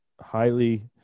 highly